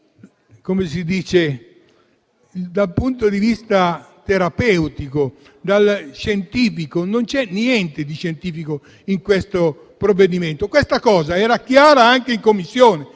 niente dal punto di vista terapeutico e scientifico. Non c'è niente di scientifico in questo provvedimento e questo era chiaro anche in Commissione,